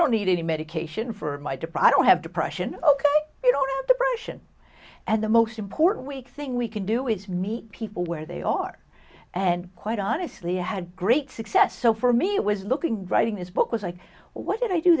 don't need any medication for my deprived don't have depression ok you know depression and the most important week thing we can do is meet people where they are and quite honestly had great success so for me it was looking writing this book was like what did i do